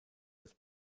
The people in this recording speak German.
das